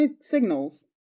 signals